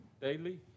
DAILY